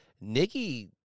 Nikki